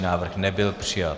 Návrh nebyl přijat.